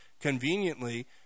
conveniently